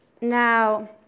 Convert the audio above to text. Now